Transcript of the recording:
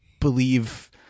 believe